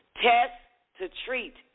test-to-treat